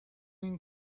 این